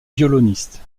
violoniste